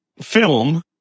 film